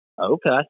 Okay